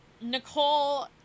Nicole